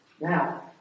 Now